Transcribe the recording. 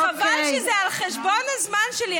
למה לא אמרת לשר החקלאות שום דבר?